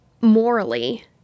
morally